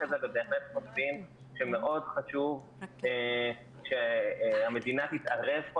הזה ובהחלט חושבים שמאוד חשוב שהמדינה תתערב פה